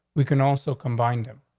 we can also combine them.